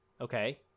Okay